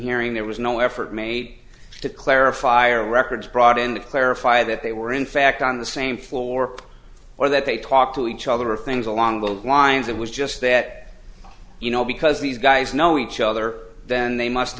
hearing there was no effort made to clarify or records brought in that clarify that they were in fact on the same floor or that they talked to each other or things along those lines it was just that you know because these guys knowing each other then they must